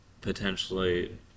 potentially